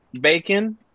Bacon